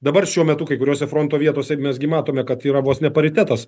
dabar šiuo metu kai kuriose fronto vietose mes gi matome kad yra vos ne paritetas